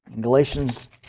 Galatians